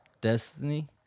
Destiny